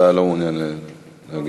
אתה לא מעוניין להגיב.